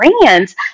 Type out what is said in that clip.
brands